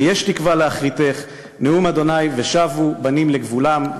ויש תקוה לאחריתך נאם ה' ושבו בנים לגבולם".